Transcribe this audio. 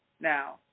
Now